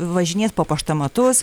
važinės po paštomatus